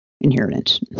inheritance